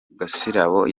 gasirabo